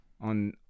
on